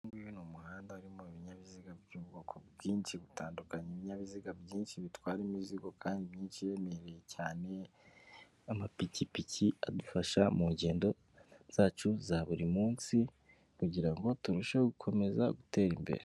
Uyu nguyu ni umuhanda urimo ibinyabiziga by'ubwoko bwinshi butandukanye. Ibinyabiziga byinshi bitwara imizigo kandi myinshi iremereye cyane, amapikipiki adufasha mu ngendo zacu za buri munsi, kugirango turusheho gukomeza gutera imbere.